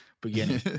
beginning